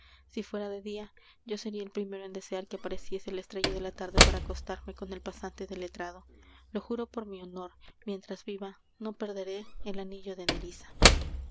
si fuera de dia yo seria el primero en desear que apareciese la estrella de la tarde para acostarme con el pasante del letrado lo juro por mi honor mientras viva no perderé el anillo de